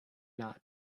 not